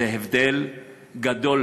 זה הבדל גדול.